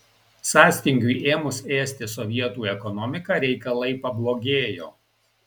sąstingiui ėmus ėsti sovietų ekonomiką reikalai pablogėjo